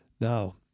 Now